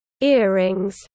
earrings